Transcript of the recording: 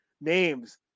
names